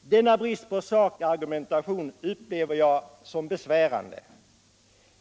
Denna brist på sakargumentation upplever jag verkligen såsom besvärande.